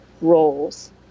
Roles